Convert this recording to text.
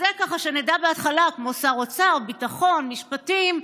ככה שנדע בהתחלה, כמו שר אוצר, ביטחון, משפטים.